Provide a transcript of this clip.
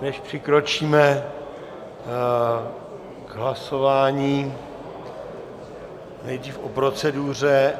Než přikročíme k hlasování nejdřív o proceduře...